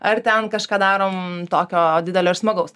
ar ten kažką darom tokio didelio ir smagaus